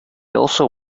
also